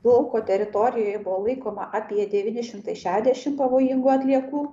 lauko teritorijoj buvo laikoma apie devyni šimtai šešiasdešimt pavojingų atliekų